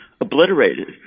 obliterated